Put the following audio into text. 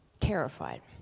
terrified.